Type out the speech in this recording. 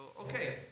okay